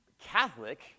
Catholic